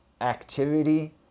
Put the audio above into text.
activity